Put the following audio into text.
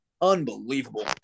Unbelievable